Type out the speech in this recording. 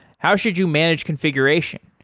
how should you manage configuration?